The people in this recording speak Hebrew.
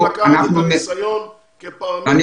אתה